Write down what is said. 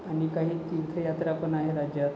आणि काही तीर्थयात्रा पण आहेत राज्यात